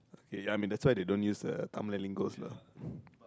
ya I mean that's why they don't use a Tamil linguals lah